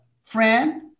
friend